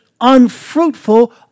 unfruitful